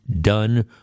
done